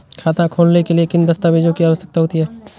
खाता खोलने के लिए किन दस्तावेजों की आवश्यकता होती है?